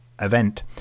event